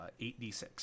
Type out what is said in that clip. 8d6